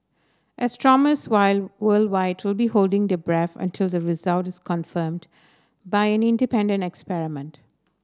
astronomers wide worldwide will to be holding their breath until the result is confirmed by an independent experiment